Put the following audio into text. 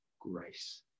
grace